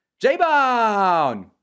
J-Bone